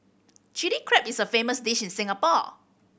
Chilli Crab is a famous dish in Singapore